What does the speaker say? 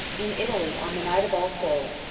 in italy on the night of all souls',